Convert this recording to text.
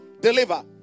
deliver